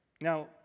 Now